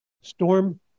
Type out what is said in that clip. Storm